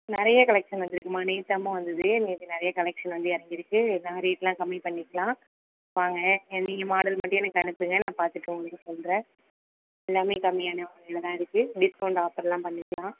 நிறைய கலெக்ஷன் வந்துருக்குமா நேற்று தாம்மா வந்துது நேற்று நிறைய கலெக்ஷன் வந்து இறங்கிருக்கு நகை ரேட்டுலாம் கம்மி பண்ணிக்கலாம் வாங்க நீங்கள் மாடல் மட்டும் எனக்கு அனுப்புங்கள் நான் பார்த்துட்டு உங்களுக்கு சொல்கிறேன் எல்லாமே கம்மியான விலையில் தான் இருக்கு டிஸ்கவுண்ட் ஆஃபர்லாம் பண்ணிக்கலாம்